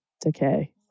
decay